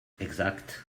exakt